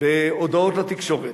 בהודעות לתקשורת,